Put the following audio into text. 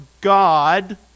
God